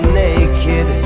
naked